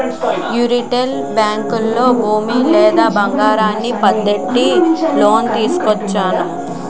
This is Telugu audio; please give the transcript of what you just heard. యీ రిటైలు బేంకుల్లో భూమి లేదా బంగారాన్ని పద్దెట్టి లోను తీసుకోవచ్చు